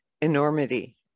enormity